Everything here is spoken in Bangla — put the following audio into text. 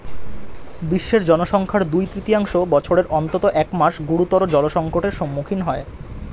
বিশ্বের জনসংখ্যার দুই তৃতীয়াংশ বছরের অন্তত এক মাস গুরুতর জলসংকটের সম্মুখীন হয়